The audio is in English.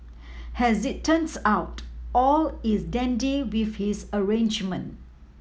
as it turns out all is dandy with this arrangement